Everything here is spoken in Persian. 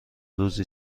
روزی